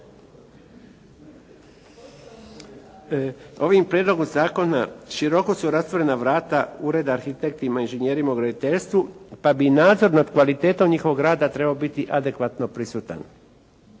Ovim Prijedlogom zakona široku su rastvorena vrata ureda arhitektima i inženjerima u graditeljstvu pa bi i nadzor nad kvalitetom njihovog rada treba biti adekvatno prisutan.